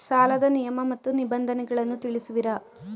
ಸಾಲದ ನಿಯಮ ಮತ್ತು ನಿಬಂಧನೆಗಳನ್ನು ತಿಳಿಸುವಿರಾ?